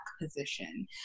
position